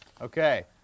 Okay